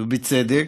ובצדק,